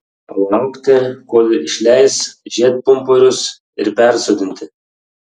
palaukti kol išleis žiedpumpurius ir persodinti